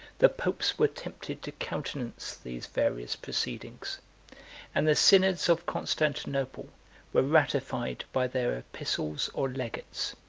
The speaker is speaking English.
the popes were tempted to countenance these various proceedings and the synods of constantinople were ratified by their epistles or legates.